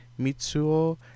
Mitsuo